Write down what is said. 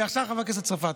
ועכשיו חברת הכנסת צרפתי.